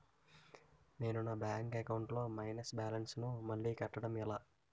నేను నా bank account లొ మైనస్ బాలన్స్ ను మళ్ళీ కట్టడం ఎలా?